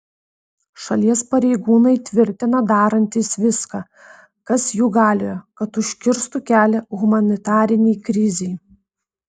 šalies pareigūnai tvirtina darantys viską kas jų galioje kad užkirstų kelią humanitarinei krizei